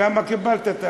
כמה קיבלת?